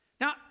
Now